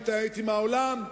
להתעמת עם העולם.